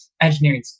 engineering